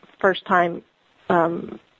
first-time